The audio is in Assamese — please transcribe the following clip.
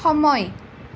সময়